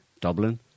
Dublin